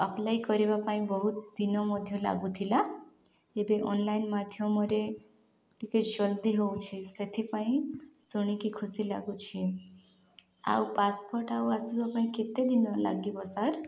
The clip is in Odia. ଆପ୍ଲାଏ କରିବା ପାଇଁ ବହୁତ ଦିନ ମଧ୍ୟ ଲାଗୁଥିଲା ଏବେ ଅନଲାଇନ୍ ମାଧ୍ୟମରେ ଟିକେ ଜଲ୍ଦି ହେଉଛି ସେଥିପାଇଁ ଶୁଣିକି ଖୁସି ଲାଗୁଛି ଆଉ ପାସ୍ପୋର୍ଟ ଆଉ ଆସିବା ପାଇଁ କେତେ ଦିନ ଲାଗିବ ସାର୍